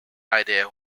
idea